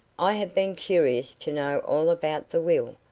i have been curious to know all about the will.